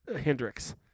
Hendrix